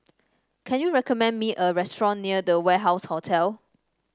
can you recommend me a restaurant near The Warehouse Hotel